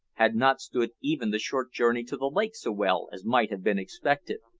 had not stood even the short journey to the lake so well as might have been expected.